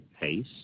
pace